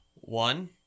One –